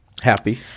Happy